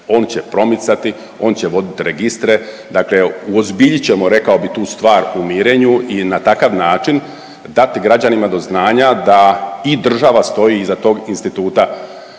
on će promicati, on će voditi registre, dakle uozbiljit ćemo, rekao bih, tu stvar u mirenju i na takav način dati građanima do znanja da i država stoji iza tog instituta